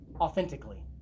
Authentically